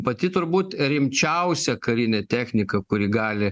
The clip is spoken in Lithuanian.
pati turbūt rimčiausia karinė technika kuri gali